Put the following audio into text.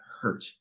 hurt